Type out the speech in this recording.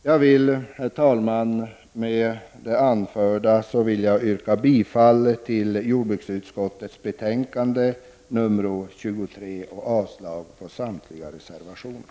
Jag vill, herr talman, med det anförda yrka bifall till jordbruksutskottets betänkande 23 och avslag på samtliga reservationer.